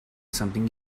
something